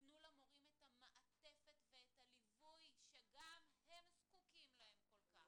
תנו למורים את המעטפת ואת הליווי שגם הם זקוקים להם כל כך.